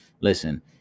Listen